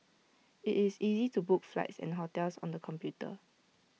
IT is easy to book flights and hotels on the computer